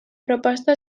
proposta